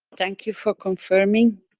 thank you for confirming.